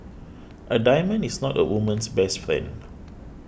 a diamond is not a woman's best friend